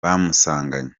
bamusanganye